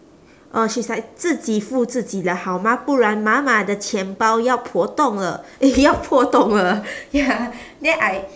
uh she's like 自己付自己的好吗不然妈妈的钱包要破洞了 eh 要破洞了 ya then I